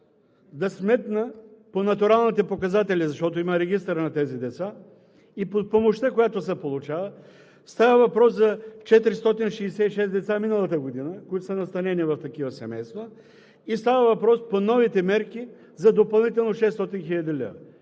да сметна по натуралните показатели, защото има регистър на тези деца и помощта, която се получава. Става въпрос за 466 деца миналата година, които са настанени в такива семейства и става въпрос по новите мерки за допълнително 600 хил. лв.